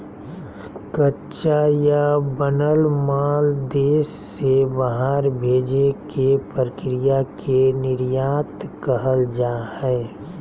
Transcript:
कच्चा या बनल माल देश से बाहर भेजे के प्रक्रिया के निर्यात कहल जा हय